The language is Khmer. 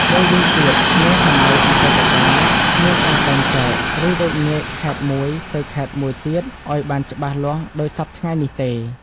មួយវិញទៀតនាសម័យអតីតកាល គ្មានការបែងចែក ឬវែកញែកខេត្តមួយ ទៅខេត្តមួយទៀតឱ្យបានច្បាស់លាស់ដូចសព្វថ្ងៃនេះទេ ។